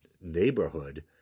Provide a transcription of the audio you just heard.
neighborhood